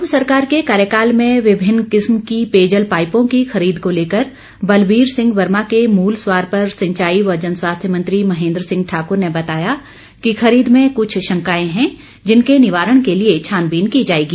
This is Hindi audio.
पूर्व सरकार के कार्यकाल में विभिन्न किस्म की पेयजल पाईपों की खरीद को लेकर बलबीर सिंह वर्मा के मूल सवाल पर सिंचाई व जनस्वास्थ्य मंत्री महेन्द्र सिंह ठाकर ने बताया कि खरीद में कुछ शंकाएं हैं जिनके निवारण के लिए छानबीन की जाएगी